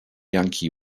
yankee